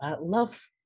love